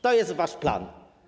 To jest wasz plan.